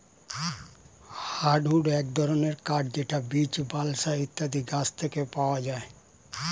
hardwood এক ধরনের কাঠ যেটা বীচ, বালসা ইত্যাদি গাছ থেকে পাওয়া যায়